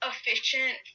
efficient